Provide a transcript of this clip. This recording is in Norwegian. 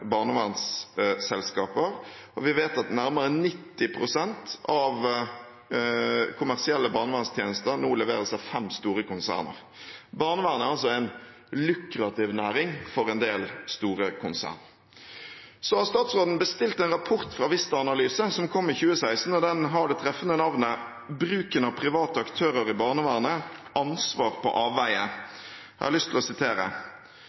barnevernsselskaper, og vi vet at nærmere 90 pst. av kommersielle barnevernstjenester nå leveres av fem store konserner. Barnevernet er altså en lukrativ næring for en del store konserner. Så har statsråden bestilt en rapport fra Vista Analyse, som kom i 2016, og den har det treffende navnet «Bruken av private aktører i barnevernet – ansvar på avveie?». Jeg har lyst til å sitere: